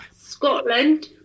Scotland